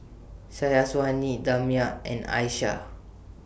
Syazwani Damia and Aisyah